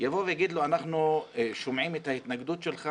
יבוא ויגיד לו: אנחנו שומעים את ההתנגדות שלך